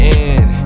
end